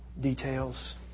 details